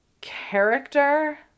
character